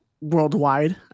worldwide